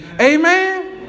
Amen